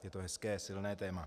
Je to hezké a silné téma.